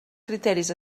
criteris